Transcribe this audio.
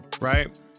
Right